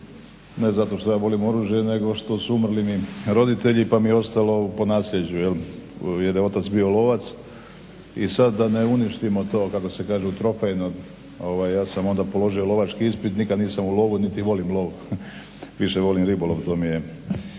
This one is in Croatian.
ne zato što ja volim oružje nego što su umrli mi roditelji pa mi je ostalo po naslijeđu jer je otac bio lovac i sad da ne uništimo to kako se kaže trofejno ja sam onda položio lovački ispit, nikad nisam u lovu niti volim lov, više volim ribolov to mi je